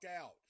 out